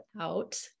out